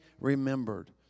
remembered